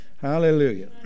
Hallelujah